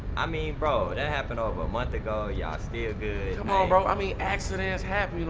i mean bro, that happened over a month ago. y'all still good. come on, bro, i mean accidents happen,